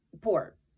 port